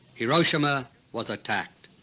hiroshima was attacked.